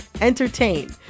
entertain